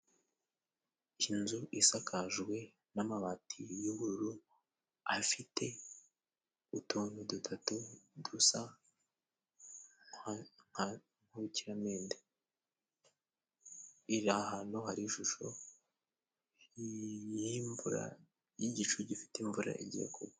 Inzu isakajwe n'amabati y'ubururu afite utuntu dutatu dusa nka nk'urukiramende. Iri ahantu hari ishusho y'imvura y'igicu gifite imvura igiye kugwa.